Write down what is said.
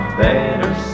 better